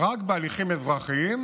רק בהליכים אזרחיים,